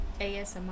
ASMR